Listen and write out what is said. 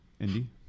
Indy